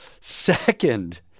second